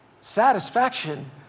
Satisfaction